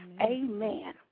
Amen